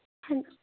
ਹਾਂ